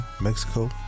Mexico